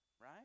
right